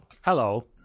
Hello